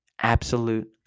absolute